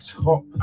top